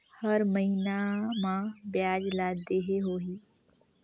हर महीना मा ब्याज ला देहे होही?